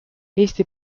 eesti